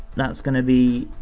that's gonna be,